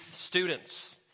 students